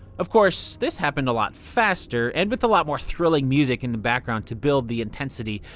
of course, this happens a lot faster and with a lot more thrilling music in the background to build the intensity.